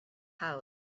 house